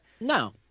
No